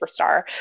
superstar